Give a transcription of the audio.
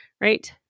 Right